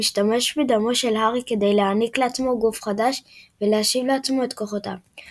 משתמש בדמו של הארי כדי להעניק לעצמו גוף חדש ולהשיב לעצמו את כוחותיו.